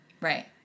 Right